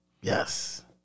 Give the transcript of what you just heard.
Yes